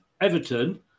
Everton